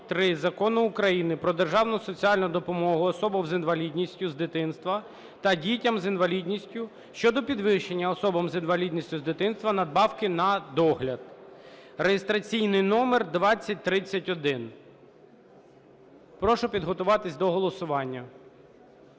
Закону України "Про державну соціальну допомогу особам з інвалідністю з дитинства та дітям з інвалідністю" щодо підвищення особам з інвалідністю з дитинства надбавки на догляд (реєстраційний номер 2031). Прошу підготуватись до голосування.